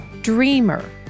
dreamer